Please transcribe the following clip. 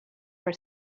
for